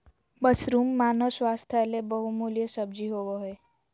mushroom मानव स्वास्थ्य ले बहुमूल्य सब्जी होबय हइ